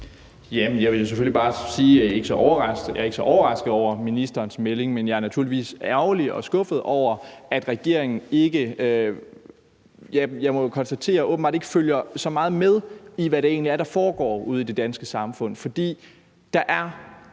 jeg ikke er så overrasket over ministerens melding, men jeg er naturligvis ærgerlig og skuffet over, at regeringen åbenbart ikke, må jeg konstatere, følger så meget med i, hvad der egentlig foregår ude i det danske samfund.